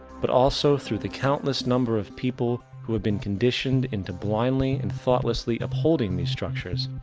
but also throught the countless number of people who have been conditioned into blindly and thoughtlessly upholding these structures,